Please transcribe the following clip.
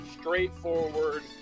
straightforward